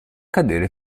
cadere